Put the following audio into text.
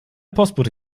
postbote